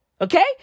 Okay